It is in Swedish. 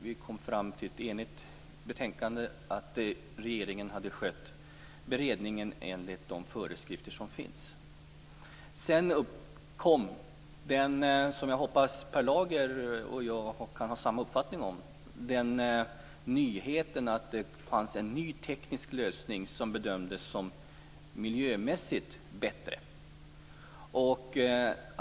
Vi kom fram i ett enigt betänkande till att regeringen har skött beredningen enligt de föreskrifter som finns. Sedan tillkom - jag hoppas att Per Lager och jag kan ha samma uppfattning där - den nyheten att det fanns en ny teknisk lösning som bedömdes som miljömässigt bättre.